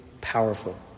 powerful